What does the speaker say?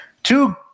Two